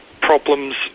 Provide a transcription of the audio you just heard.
problems